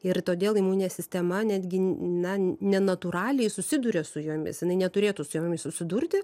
ir todėl imuninė sistema netgi na nenatūraliai susiduria su jomis jinai neturėtų su jomis susidurti